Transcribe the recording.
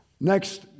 Next